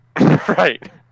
Right